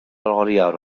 oriawr